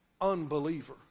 unbeliever